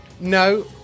no